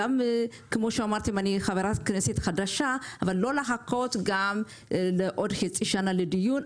גם כמו שאמרתם אני חברת כנסת חדשה אבל לא לחכות גם עוד חצי שנה לדיון,